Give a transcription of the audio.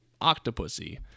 Octopussy